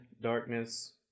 Darkness